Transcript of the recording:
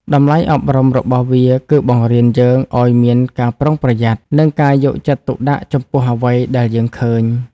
តម្លៃអប់រំរបស់វាគឺបង្រៀនយើងឲ្យមានការប្រុងប្រយ័ត្ន និងការយកចិត្តទុកដាក់ចំពោះអ្វីដែលយើងឃើញ។